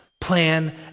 plan